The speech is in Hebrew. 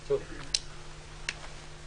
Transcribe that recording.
ככל שנהיה עם גבולות גזרה רחבים